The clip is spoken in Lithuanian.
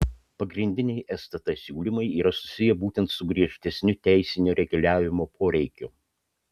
pagrindiniai stt siūlymai yra susiję būtent su griežtesniu teisinio reguliavimo poreikiu